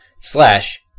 slash